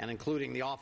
and including the o